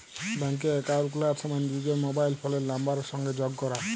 ব্যাংকে একাউল্ট খুলার সময় লিজের মবাইল ফোলের লাম্বারের সংগে যগ ক্যরা